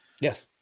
Yes